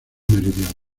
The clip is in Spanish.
meridional